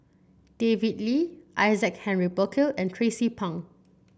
David Lee Isaac Henry Burkill and Tracie Pang